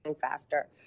faster